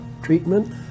treatment